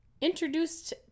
introduced